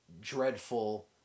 dreadful